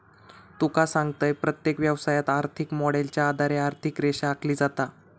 तुका सांगतंय, प्रत्येक व्यवसायात, आर्थिक मॉडेलच्या आधारे आर्थिक रेषा आखली जाता